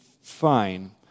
fine